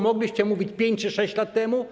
Mogliście tak mówić 5 czy 6 lat temu.